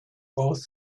both